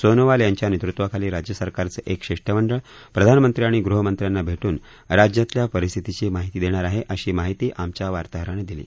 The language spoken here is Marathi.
सोनोवाल यांच्या नेतत्वाखाली राज्य सरकारचं एक शिष्टमंडळ प्रधानमंत्री आणि गृहमंत्र्यांना भेटून राज्यातल्या परिस्थितीची माहिती देणार आहेत अशी माहिती आमच्या वार्ताहरानं दिली